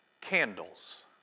candles